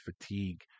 fatigue